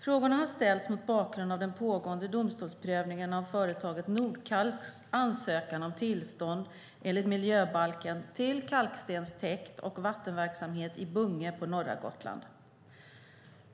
Frågorna har ställts mot bakgrund av den pågående domstolsprövningen av företaget Nordkalks ansökan om tillstånd enligt miljöbalken till kalkstenstäkt och vattenverksamhet i Bunge på norra Gotland.